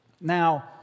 Now